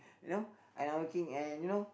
you know you know I'm not working and